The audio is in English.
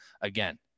Again